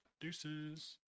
deuces